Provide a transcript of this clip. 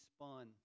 spun